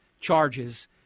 charges